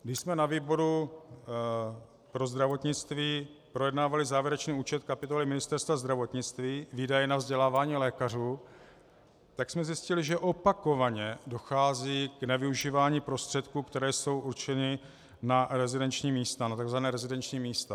Když jsme na výboru pro zdravotnictví projednávali závěrečný účet kapitoly Ministerstva zdravotnictví, výdaje na vzdělávání lékařů, tak jsme zjistili, že opakovaně dochází k nevyužívání prostředků, které jsou určeny na takzvaná rezidenční místa.